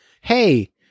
Hey